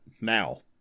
now